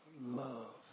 love